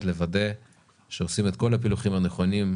לוודא שעושים את כל הפילוחים הנכונים,